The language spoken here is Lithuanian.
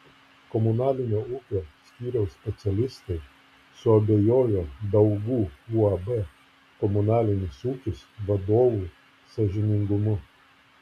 komunalinio ūkio skyriaus specialistai suabejojo daugų uab komunalinis ūkis vadovų sąžiningumu